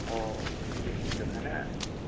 औ एक ही जगह ना